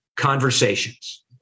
conversations